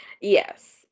Yes